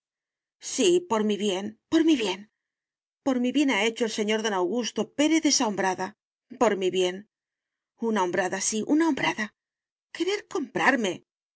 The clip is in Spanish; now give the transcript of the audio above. sí por mi bien por mi bien por mi bien ha hecho el señor don augusto pérez esa hombrada por mi bien una hombrada sí una hombrada quererme comprar